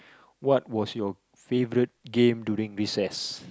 what was your favourite game during recess